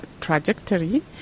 trajectory